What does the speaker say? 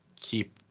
keep